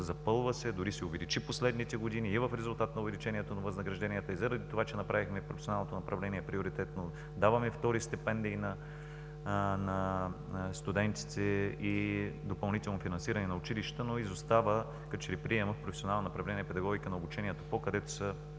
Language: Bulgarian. запълва се, дори се увеличи през последните години. В резултат и на увеличението на възнагражденията и заради това че направихме професионалното направление приоритетно, даваме втори стипендии на студентите и допълнително финансиране на училищата, но като че ли изостава приемът в професионално направление „Педагогика на обучението по…“, където са